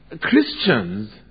Christians